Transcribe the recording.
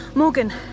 Morgan